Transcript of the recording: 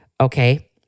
Okay